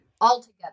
altogether